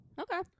Okay